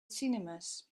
cinemas